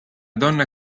donna